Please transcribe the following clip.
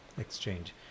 exchange